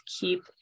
keep